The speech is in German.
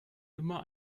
immer